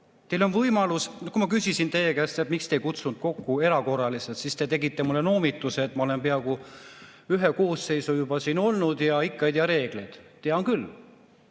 Teil on võimalus. Kui ma küsisin teie käest, miks te ei kutsunud kokku erakorralist [istungit], siis te tegite mulle noomituse, et ma olen peaaegu ühe koosseisu juba siin olnud, aga ikka ei tea reegleid. Tean küll.